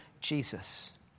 Jesus